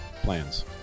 plans